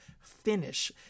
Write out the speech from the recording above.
finish